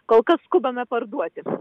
kol kas skubame parduoti